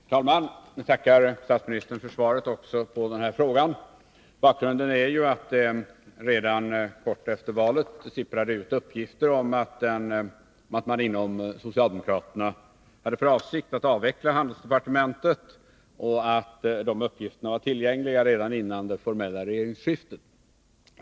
Herr talman! Jag tackar statsministern också för svaret på den här frågan. Bakgrunden till frågan är att det redan kort tid efter valet sipprade ut uppgifter om att socialdemokraterna hade för avsikt att avveckla handelsdepartementet, och dessa uppgifter var tillgängliga redan före det formella regeringsskiftet.